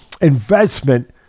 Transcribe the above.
investment